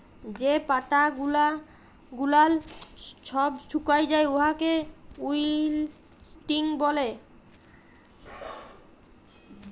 যে পাতা গুলাল ছব ছুকাঁয় যায় উয়াকে উইল্টিং ব্যলে